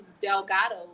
Delgado